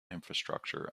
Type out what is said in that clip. infrastructure